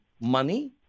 money